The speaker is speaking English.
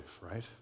right